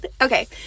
okay